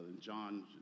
John